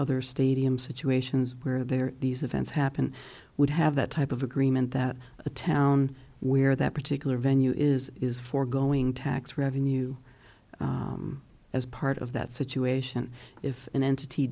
other stadium situations where there are these events happen would have that type of agreement that the town where that particular venue is is forgoing tax revenue as part of that situation if an entity